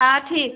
हाँ ठीक